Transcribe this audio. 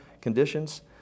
conditions